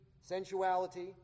sensuality